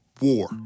War